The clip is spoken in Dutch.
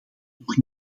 nog